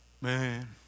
man